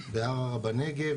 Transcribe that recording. בערערה בנגב